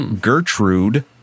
Gertrude